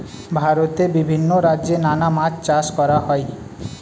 ভারতে বিভিন্ন রাজ্যে নানা মাছ চাষ করা হয়